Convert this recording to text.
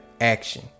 Action